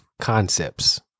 concepts